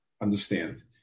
understand